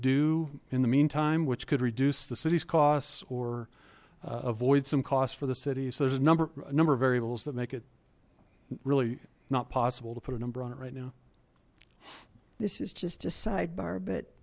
do in the meantime which could reduce the city's costs or avoid some costs for the cities there's a number number of variables that make it really not possible to put a number on it right now this is just a sidebar but